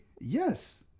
Yes